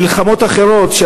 למלחמות אחרות,